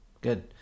Good